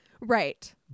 Right